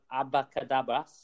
Abacadabras